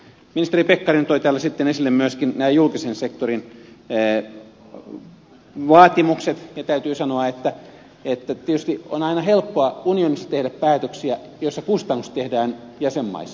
ministeri pekkarinen toi täällä sitten esille myöskin nämä julkisen sektorin vaatimukset ja täytyy sanoa että tietysti on aina helppoa tehdä unionissa päätöksiä joissa kustannus tehdään jäsenmaissa